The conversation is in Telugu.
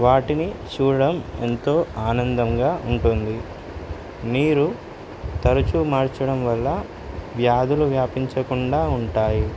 వాటిని చూడడం ఎంతో ఆనందంగా ఉంటుంది నీరు తరచూ మార్చడం వల్ల వ్యాధులు వ్యాపించకుండా ఉంటాయి